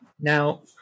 Now